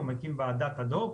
הוא מקים ועדה אד-הוק,